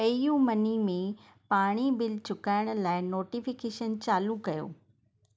पे U Money में पाणी bill चुकाइण लाइ नोटिफिकेशन चालू कयो